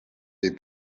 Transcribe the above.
des